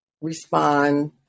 respond